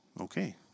Okay